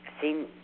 seen